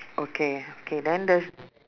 okay okay then the